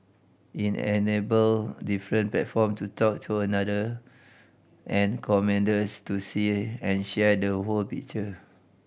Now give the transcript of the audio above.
it enable different platform to talk to another and commanders to see and share the whole picture